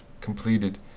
completed